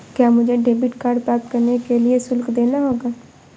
क्या मुझे debit card प्राप्त करने के लिए शुल्क देना होगा?